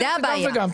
זאת הבעיה.